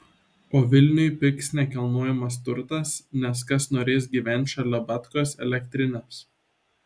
o vilniuj pigs nekilnojamas turtas nes kas norės gyvent šalia batkos elektrinės